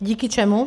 Díky čemu?